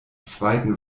zweiten